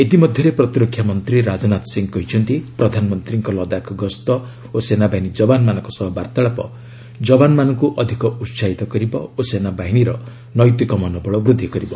ଇତିମଧ୍ୟରେ ପ୍ରତିରକ୍ଷା ମନ୍ତ୍ରୀ ରାଜନାଥ ସିଂହ କହିଛନ୍ତି ପ୍ରଧାନମନ୍ତ୍ରୀଙ୍କ ଲଦାଖ୍ ଗସ୍ତ ଓ ସେନାବାହିନୀ ଯବାନମାନଙ୍କ ସହ ବାର୍ତ୍ତାଳାପ ଯବାନମାନଙ୍କ ଅଧିକ ଉତ୍ସାହିତ କରିବ ଓ ସେନାବାହିନୀର ନୈତିକ ମନୋବଳ ବୃଦ୍ଧି କରିବ